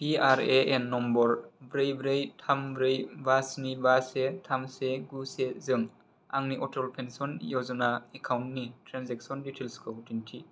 PRAN number ब्रै ब्रै थाम ब्रै बा स्नि बा से थाम से गु से जों आंनि अटल पेन्सन य'जना एकाउन्टनि ट्रेनजेक्सन डिटेइल्सखौ दिन्थि